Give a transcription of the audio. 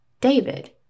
David